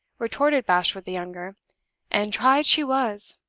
retorted bashwood the younger and tried she was.